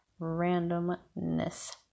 Randomness